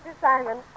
Simon